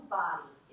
body